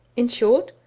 in short,